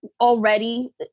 already